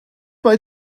mae